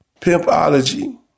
pimpology